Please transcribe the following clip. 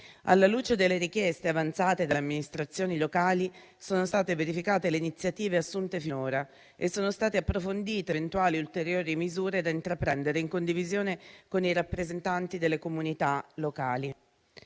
Alla luce delle richieste avanzate dall'amministrazione locale, sono state verificate le iniziative assunte finora e sono state approfondite eventuali ulteriori misure da intraprendere in condivisione con i rappresentanti delle comunità locali.